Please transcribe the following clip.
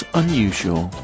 unusual